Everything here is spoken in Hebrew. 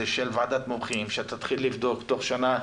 של ועדת מומחים שתתחיל לבדוק תוך שנה.